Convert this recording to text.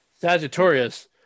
Sagittarius